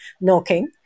knocking